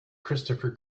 christopher